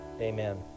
amen